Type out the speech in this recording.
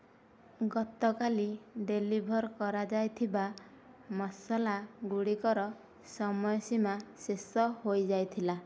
ଗତକାଲି ଡେଲିଭର୍ କରାଯାଇଥିବା ମସଲା ଗୁଡ଼ିକର ସମୟ ସୀମା ଶେଷ ହୋଇଯାଇଥିଲା